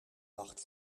wacht